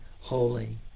holy